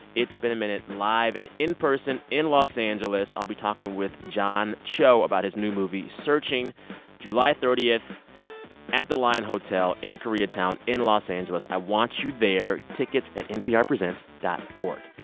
it's been a minute live and in person in los angeles. i'll be talking with john cho about his new movie searching july thirty, at the line hotel in koreatown in los angeles. i want you there tickets at nprpresents dot org.